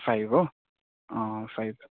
five हो uh five